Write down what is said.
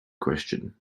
question